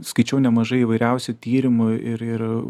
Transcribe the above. skaičiau nemažai įvairiausių tyrimų ir ir